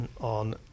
on